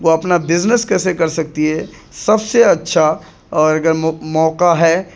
وہ اپنا بزنس کیسے کر سکتی ہے سب سے اچھا اور اگر موقع ہے